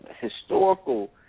historical